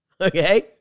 okay